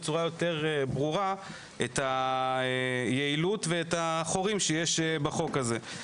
לראות בצורה יותר ברורה את היעילות ואת החורים שיש בחוק הזה.